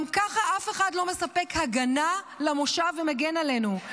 גם ככה אף אחד לא מספק הגנה למושב ומגן עלינו.